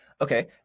Okay